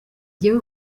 jyewe